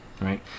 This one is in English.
right